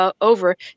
over